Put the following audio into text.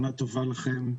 שנה טובה לכם.